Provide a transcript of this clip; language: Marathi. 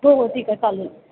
हो हो ठीक आहे चालेल